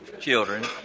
children